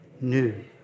new